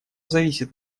зависит